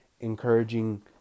encouraging